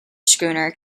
schooner